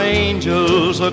angels